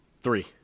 Three